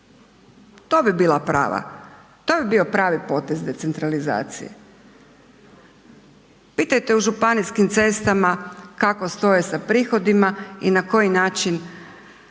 u te ceste. To bila pravi potez decentralizacije. Pitajte u županijskim cestama kako stoje sa prihodima i na koji način